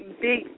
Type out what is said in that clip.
big